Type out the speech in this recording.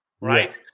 right